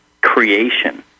creation